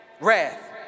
wrath